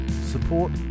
support